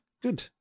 Good